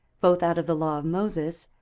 both out of the law of moses,